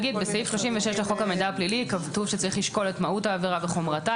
בסעיף 36 לחוק המידע הפלילי כתוב שצריך לשקול את מהות העבירה וחומרתה,